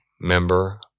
member